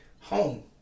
home